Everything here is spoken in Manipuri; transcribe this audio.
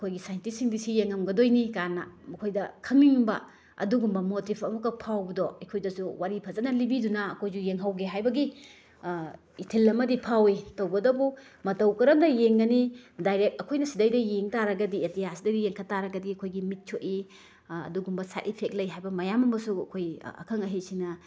ꯑꯩꯈꯣꯏꯒꯤ ꯁꯥꯏꯟꯇꯤꯁꯁꯤꯡꯗꯤ ꯁꯤ ꯌꯦꯡꯉꯝꯒꯗꯣꯏꯅꯤ ꯀꯥꯏꯅ ꯃꯈꯣꯏꯗ ꯈꯪꯅꯤꯡꯕ ꯑꯗꯨꯒꯨꯝꯕ ꯃꯣꯇꯤꯕ ꯑꯃꯈꯛ ꯐꯥꯎꯕꯗꯣ ꯑꯩꯈꯣꯏꯗꯁꯨ ꯋꯥꯔꯤ ꯐꯖꯅ ꯂꯤꯕꯤꯗꯨꯅ ꯑꯩꯈꯏꯁꯨ ꯌꯦꯡꯍꯧꯒꯦ ꯍꯥꯏꯕꯒꯤ ꯏꯊꯤꯜ ꯑꯃꯗꯤ ꯐꯥꯎꯏ ꯇꯧꯕꯇꯕꯨ ꯃꯇꯧ ꯀꯔꯝꯅ ꯌꯦꯡꯒꯅꯤ ꯗꯥꯏꯔꯦꯛ ꯑꯩꯈꯣꯏꯅ ꯁꯤꯗꯩꯗ ꯌꯦꯡ ꯇꯥꯔꯒꯗꯤ ꯑꯇꯤꯌꯥ ꯁꯤꯗꯩꯗ ꯌꯦꯡꯈꯠ ꯇꯥꯔꯒꯗꯤ ꯑꯩꯈꯣꯏꯒꯤ ꯃꯤꯠ ꯁꯣꯛꯏ ꯑꯗꯨꯒꯨꯝꯕ ꯁꯥꯏꯠ ꯏꯐꯦꯛ ꯂꯩ ꯍꯥꯏꯕ ꯃꯌꯥꯝ ꯑꯃꯁꯨ ꯑꯩꯈꯣꯏ ꯑꯈꯪ ꯑꯍꯩꯁꯤꯡꯅ